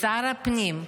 לשר הפנים,